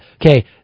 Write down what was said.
Okay